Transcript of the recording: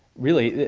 really,